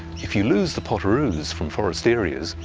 if you lose the potoroos from forest areas,